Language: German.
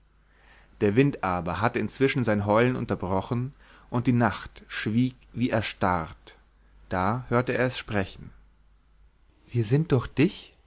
der wind aber hatte inzwischen sein heulen unterbrochen und die nacht schwieg wie erstarrt da hörte er es sprechen wir sind durch dich